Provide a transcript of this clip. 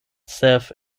self